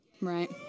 Right